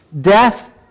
Death